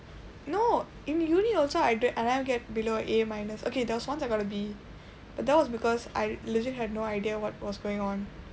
no in uni also I never get below A minus okay there was once I got a B but that was because I legit had no idea what was going on